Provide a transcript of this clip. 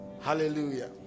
Hallelujah